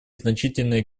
значительные